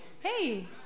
hey